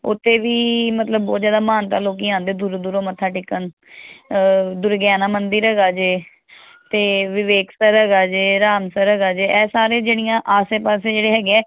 ਉੱਥੇ ਵੀ ਮਤਲਬ ਬਹੁਤ ਜ਼ਿਆਦਾ ਮਹਾਨਤਾ ਲੋਕ ਆਉਂਦੇ ਦੂਰੋਂ ਦੂਰੋਂ ਮੱਥਾ ਟੇਕਣ ਦੁਰਗਿਆਨਾ ਮੰਦਿਰ ਹੈਗਾ ਜੇ ਅਤੇ ਵੀਵੇਕਸਰ ਹੈਗਾ ਜੇ ਰਾਮਸਰ ਹੈਗਾ ਜੇ ਇਹ ਸਾਰੇ ਜਿਹੜੀਆਂ ਆਸੇ ਪਾਸੇ ਜਿਹੜੇ ਹੈਗੇ ਐ